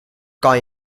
kan